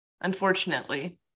unfortunately